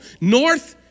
North